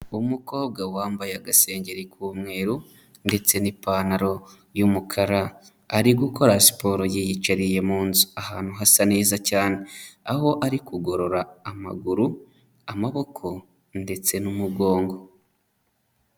Umukobwa wambaye agasengeri k'umweru ndetse n'ipantaro y'umukara, ari gukora siporo yiyicariye mu nzu, ahantu hasa neza cyane. Aho ari kugorora amaguru, amaboko ndetse n'umugongo.